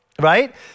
Right